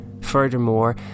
Furthermore